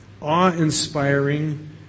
awe-inspiring